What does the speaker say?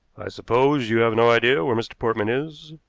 suppose you have no idea where mr. portman is?